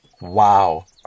wow